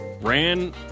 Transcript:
Ran